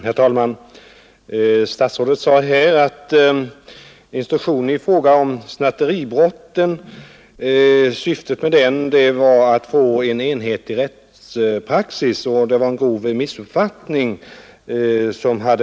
Herr talman! Statsrådet sade att syftet med instruktionen beträffande snatteribrotten var att få en enhetlig rättspraxis och att det förelåg en grov missuppfattning om instruktionens innehåll.